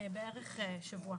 בערך שבוע.